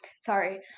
Sorry